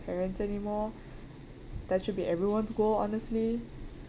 parents anymore that should be everyone's goal honestly